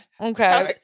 Okay